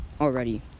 already